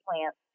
plants